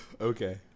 okay